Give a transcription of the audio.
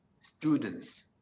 students